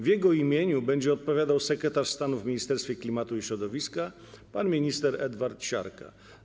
W jego imieniu będzie odpowiadał sekretarz stanu w Ministerstwie Klimatu i Środowiska pan minister Edward Siarka.